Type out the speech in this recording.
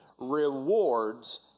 rewards